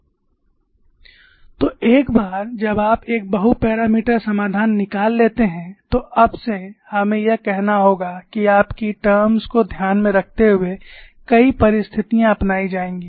ReferSlideTime1113 Refer SlideTime1129 तो एक बार जब आप एक बहु मापदण्ड समाधान निकाल लेते हैं तो अब से हमें यह कहना होगा कि आपकी टर्म्स को ध्यान में रखते हुए कई परिस्थितियां अपनाई जाएंगी